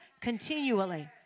Continually